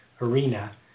arena